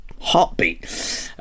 heartbeat